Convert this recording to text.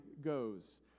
goes